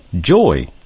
joy